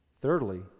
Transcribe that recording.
Thirdly